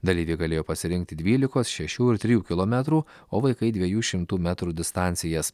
dalyviai galėjo pasirinkti dvylikos šešių ir trijų kilometrų o vaikai dviejų šimtų metrų distancijas